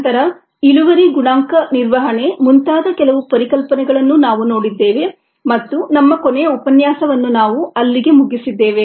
ನಂತರ ಇಳುವರಿ ಗುಣಾಂಕ ನಿರ್ವಹಣೆ ಮುಂತಾದ ಕೆಲವು ಪರಿಕಲ್ಪನೆಗಳನ್ನು ನಾವು ನೋಡಿದ್ದೇವೆ ಮತ್ತು ನಮ್ಮ ಕೊನೆಯ ಉಪನ್ಯಾಸವನ್ನು ನಾವು ಅಲ್ಲಿಗೆ ಮುಗಿಸಿದ್ದೇವೆ